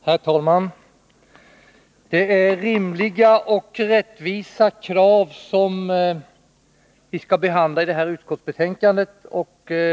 Herr talman! Det är rimliga och rättvisa krav som behandlas i det utskottsbetänkande som vi nu skall diskutera.